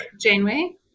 Janeway